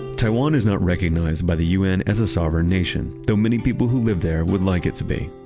taiwan is not recognized by the un as a sovereign nation, though many people who live there would like it to be,